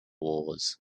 wars